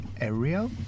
area